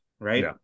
Right